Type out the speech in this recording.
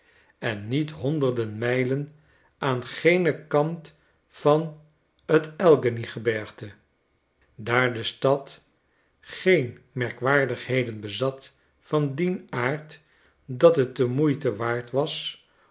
en niet honderden mijlen aan genen kant van t alleghany gebergte daar de stad geen merkwaardigheden bezat van dien aard dat het de moeite waard was